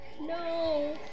No